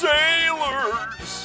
Sailors